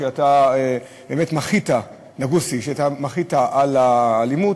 שאתה באמת מחית על האלימות,